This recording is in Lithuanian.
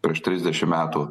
prieš trisdešim metų